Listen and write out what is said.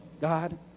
God